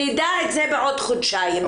נדע את זה בעוד חודשיים.